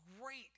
great